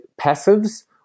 passives